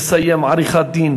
מסיים עריכת-דין,